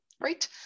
right